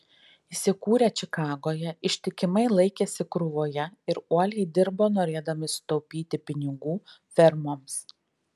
įsikūrę čikagoje ištikimai laikėsi krūvoje ir uoliai dirbo norėdami sutaupyti pinigų fermoms